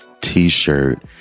T-shirt